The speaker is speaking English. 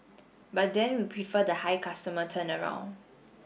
but then we prefer the high customer turnaround